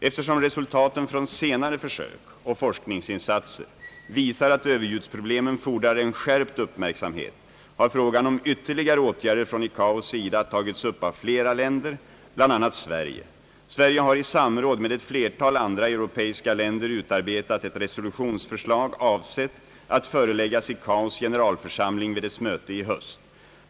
Eftersom resultaten från senare försök och forskningsinsatser visar att överljudsproblemen fordrar en skärpt uppmärksamhet, har frågan om ytterligare åtgärder från ICAO:s sida tagits upp av flera länder, bl.a. Sverige. Sverige har i samråd med ett flertal andra europeiska länder utarbetat ett resolutionsförslag avsett att föreläggas ICAO:s generalförsamling vid dess möte i höst.